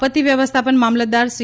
આપત્તિ વ્યવસ્થાપન મામલતદાર સી